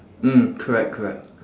mm correct correct